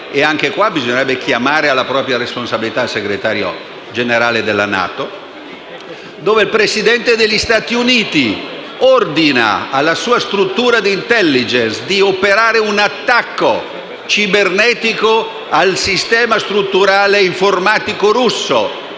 e anche su questo bisognerebbe chiamare alla propria responsabilità il Segretario Generale della NATO. È un momento in cui il Presidente degli Stati Uniti ha ordinato alla sua struttura di *intelligence* di operare un attacco cibernetico al sistema strutturale informatico russo